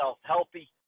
healthy